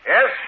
Yes